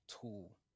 tool